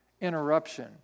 interruption